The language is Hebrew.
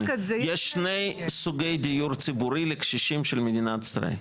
יש שני סוגי דיור ציבורי לקשישים של מדינת ישראל,